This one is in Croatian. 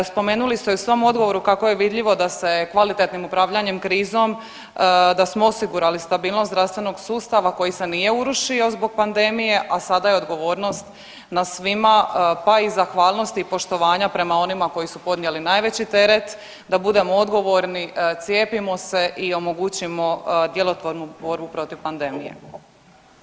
Spomenuli ste u svom odgovoru kako je vidljivo da se kvalitetnim upravljanjem krizom, da smo osigurali stabilnost zdravstvenog sustava koji se nije urušio zbog pandemije, a sada je odgovornost na svima, pa i zahvalnost i poštovanja prema onima koji su podnijeli najveći teret da budemo odgovorni, cijepimo se i omogućimo djelotvornu borbu protiv pandemije.